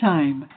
Time